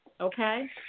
okay